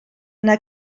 yna